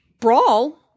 Brawl